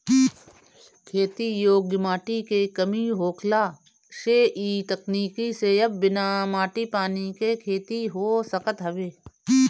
खेती योग्य माटी के कमी होखला से इ तकनीकी से अब बिना माटी पानी के खेती हो सकत हवे